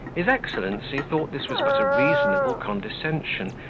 his excellency thought this was but a reasonable condescension,